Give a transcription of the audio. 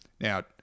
Now